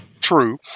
true